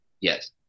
Yes